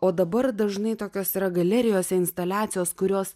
o dabar dažnai tokios yra galerijose instaliacijos kurios